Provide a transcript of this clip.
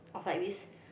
of like this